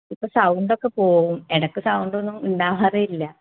ഇപ്പോൾ സൗണ്ടൊക്കെ പോവും ഇടയ്ക്ക് സൗണ്ടൊന്നും ഉണ്ടാവാറേയില്ല